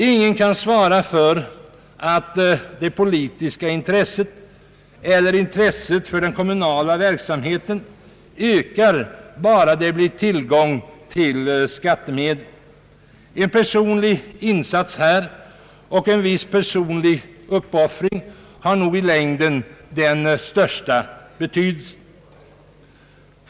Ingen kan svara för att det politiska intresset eller intresset för den kommunala verksamheten ökar genom tillgången till skattemedel. En personlig insats på detta område och en viss personlig uppoffring har nog i längden den största betydelsen.